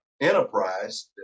enterprise